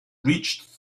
reached